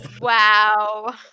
Wow